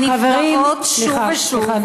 הנפגעות שוב ושוב --- סליחה,